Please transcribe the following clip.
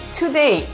today